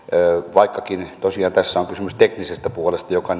vaikkakin tosiaan tässä on on kysymys teknisestä puolesta joka